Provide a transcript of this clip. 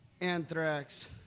Anthrax